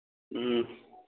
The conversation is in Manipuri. ꯎꯝ